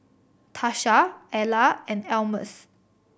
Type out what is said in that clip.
Tasha Ella and Almus